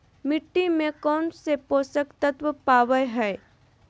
मिट्टी में कौन से पोषक तत्व पावय हैय?